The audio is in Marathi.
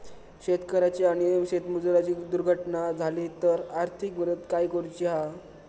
शेतकऱ्याची आणि शेतमजुराची दुर्घटना झाली तर आर्थिक मदत काय करूची हा?